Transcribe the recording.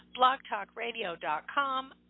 BlogTalkRadio.com